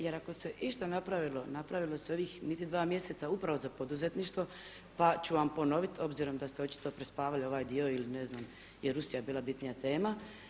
Jer ako se išta napravilo, napravilo se u ovih niti dva mjeseca upravo za poduzetništvo pa ću vam ponovit obzirom da ste očito prespavali ovaj dio ili ne znam je Rusija bila bitnija tema.